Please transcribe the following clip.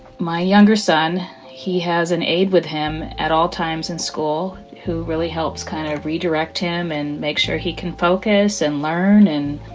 my younger son, he has an aide with him at all times in school who really helps kind of redirect him and makes sure he can focus and learn and,